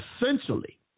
Essentially